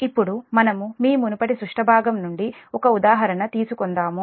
ఇప్పుడు మనము మీ మునుపటి సుష్ట భాగం నుండి ఒక ఉదాహరణ తీసుకుందాము